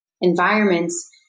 environments